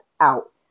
out